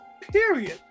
period